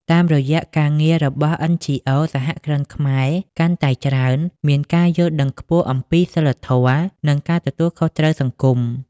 តាមរយៈការងាររបស់ NGOs សហគ្រិនខ្មែរកាន់តែច្រើនមានការយល់ដឹងខ្ពស់អំពី "សីលធម៌ និងការទទួលខុសត្រូវសង្គម"។